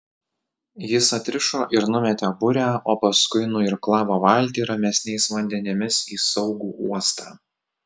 jis atrišo ir numetė burę o paskui nuirklavo valtį ramesniais vandenimis į saugų uostą